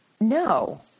No